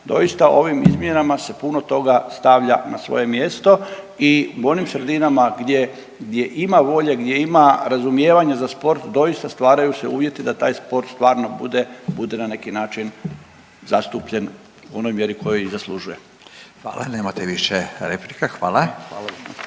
Doista ovim izmjenama se puno toga stavlja na svoje mjesto i u onim sredinama gdje ima volje, gdje ima razumijevanja za sport, doista, stvaraju se uvjeti da taj sport stvarno bude na neki način zastupljen u onoj mjeru u kojoj i zaslužuje. **Radin, Furio (Nezavisni)** Hvala.